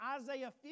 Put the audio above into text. Isaiah